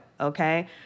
okay